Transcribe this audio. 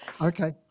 Okay